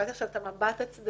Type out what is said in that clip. קיבלתי עכשיו את המבט הצדדי